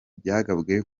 byagabwe